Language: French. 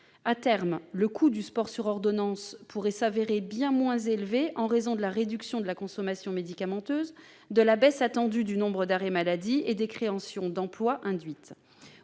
À terme, le coût du sport sur ordonnance pourrait s'avérer bien moins élevé en raison de la réduction de la consommation médicamenteuse, de la baisse attendue du nombre d'arrêts maladie et des créations d'emplois induites.